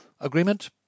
Agreement